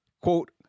quote